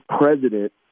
president